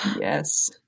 Yes